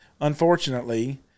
unfortunately